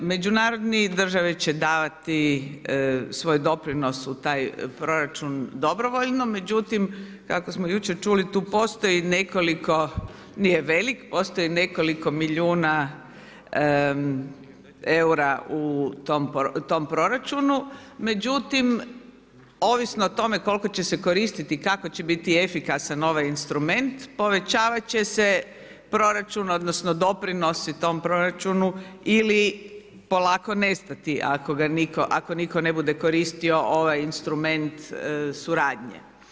Međunarodne države će davati svoj doprinos u taj proračun dobrovoljno međutim kako smo jučer čuli, tu postoji nekoliko nije velik, postoji nekoliko milijuna eura u tom proračunu, međutim ovisno o tome koliko će se koristiti, kako će biti efikasan ovaj instrument, povećavat će se proračun odnosno doprinosi tom proračunu ili polako nestati ako ga nitko ne bude koristio ovaj instrument suradnje.